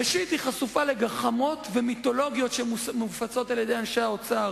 ראשית היא חשופה לגחמות ומיתולוגיות שמופצות על-ידי אנשי האוצר.